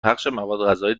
غذایی